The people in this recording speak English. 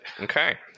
Okay